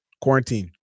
Quarantine